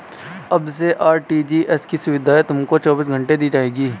अब से आर.टी.जी.एस की सुविधा तुमको चौबीस घंटे दी जाएगी